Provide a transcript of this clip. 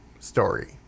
story